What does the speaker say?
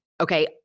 okay